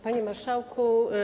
Panie Marszałku!